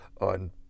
on